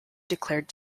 declared